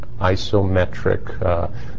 isometric